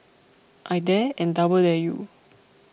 I dare and double dare you